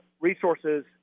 resources